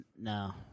No